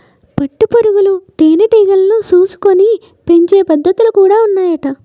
పట్టు పురుగులు తేనె టీగలను చూసుకొని పెంచే పద్ధతులు కూడా ఉన్నాయట